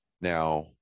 now